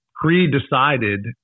pre-decided